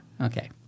Okay